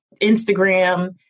Instagram